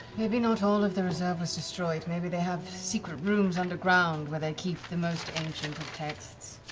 maybe not all of the reserve was destroyed. maybe they have secret rooms underground, where they keep the most ancient texts.